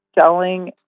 selling